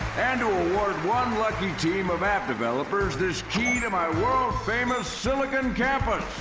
and to award one lucky team of app developers this key to my world famous silicon campus!